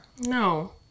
No